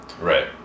Right